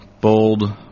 bold